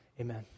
Amen